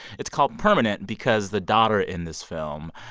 it's called permanent because the daughter in this film,